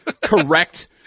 correct